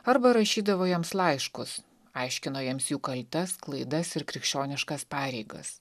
arba rašydavo jiems laiškus aiškino jiems jų kaltes klaidas ir krikščioniškas pareigas